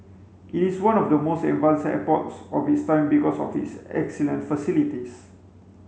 it is one of the most advanced airports of its time because of its excellent facilities